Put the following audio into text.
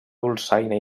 dolçaina